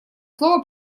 слово